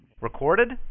Recorded